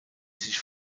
sich